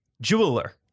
jeweler